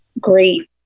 great